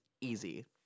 easy